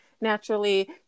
naturally